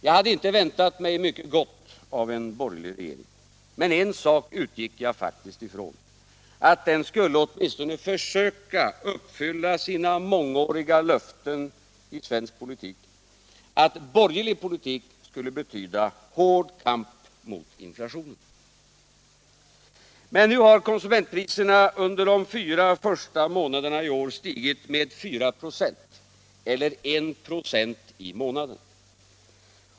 Jag hade inte väntat mig mycket gott av en borgerlig regering, men en sak utgick jag faktiskt ifrån, nämligen att den åtminstone skulle försöka uppfylla sina mångåriga löften i svensk politik om att borgerlig politik skulle betyda hård kamp mot inflationen. Nu har konsumentpriserna under de fyra första månaderna i år stigit med 4 96 eller 1 96 i månaden.